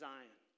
Zion